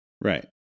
Right